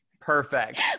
Perfect